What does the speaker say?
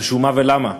על שום מה ולמה?